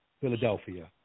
Philadelphia